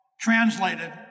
Translated